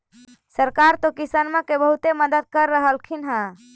सरकार तो किसानमा के बहुते मदद कर रहल्खिन ह?